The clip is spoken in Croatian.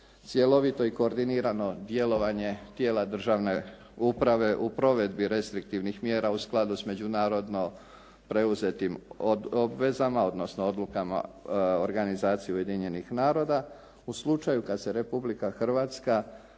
cjelovito i koordinirano djelovanje tijela državne uprave u provedbi restriktivnih mjera u skladu s međunarodno preuzetim obvezama odnosnoj odlukama organizacije Ujedinjenih naroda u slučaju kad se Republika Hrvatska